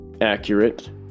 accurate